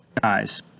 Guys